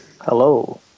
Hello